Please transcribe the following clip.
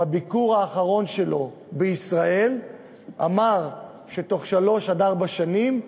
בביקור האחרון שלו בישראל אמר שבתוך שלוש עד ארבע שנים,